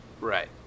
Right